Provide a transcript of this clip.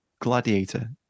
Gladiator